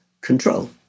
control